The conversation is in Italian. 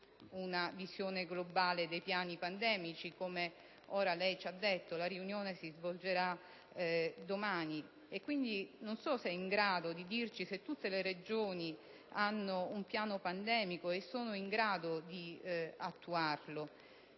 una visione globale dei piani pandemici, come il ministro Sacconi ha testé evidenziato (la riunione si svolgerà domani). Quindi, non so se è in grado di dirci se tutte le Regioni hanno un piano pandemico e sono in grado di attuarlo.